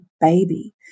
baby